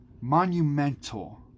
Monumental